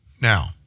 Now